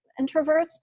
introverts